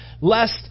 lest